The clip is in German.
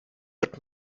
wird